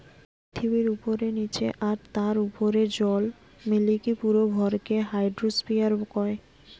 পৃথিবীর উপরে, নীচে আর তার উপরের জল মিলিকি পুরো ভরকে হাইড্রোস্ফিয়ার কয়